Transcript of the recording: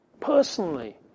personally